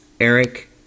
Eric